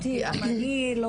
תתקני אותי אם אני לא